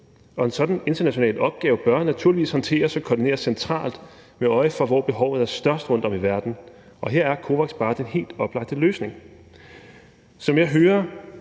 en sådan international opgave bør naturligvis håndteres og koordineres centralt med øje for, hvor behovet er størst rundtom i verden. Og her er COVAX bare den helt oplagte løsning.